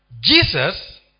Jesus